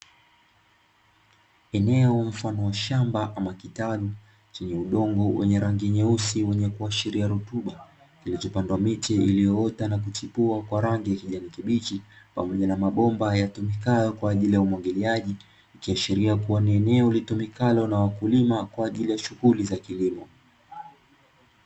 Eneo mfano wa shamba ama kitalu, chenye udongo wenye rangi nyeusi wenye kuashiria rutuba, kilichopandwa miti iliyoota na kuchipua kwa rangi ya kijani kibichi pamoja na mabomba yatumikayo kwa ajili umwagiliaji, ikiashiria kuwa ni eneo litumikalo na wakulima kwa ajili ya shughuli za kilimo.